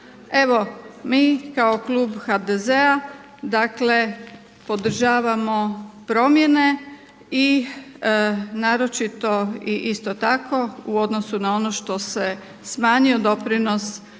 Evo mi kao klub HDZ-a dakle podržavamo promjene i naročito i isto tako u odnosu na ono što se smanjio doprinos